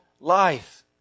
life